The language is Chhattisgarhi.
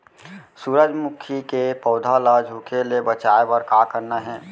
सूरजमुखी के पौधा ला झुके ले बचाए बर का करना हे?